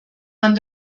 man